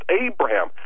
Abraham